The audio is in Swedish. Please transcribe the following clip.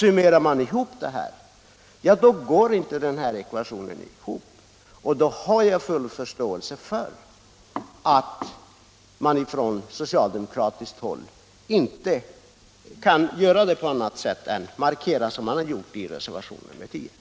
Summerar man ihop detta finner man att ekvationen inte går ihop. Därför förstår jag mycket väl att man på socialdemokratiskt håll inte kan göra något annat än en sådan markering som reservationen 10 innebär.